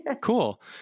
Cool